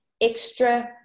extra